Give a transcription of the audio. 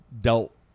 dealt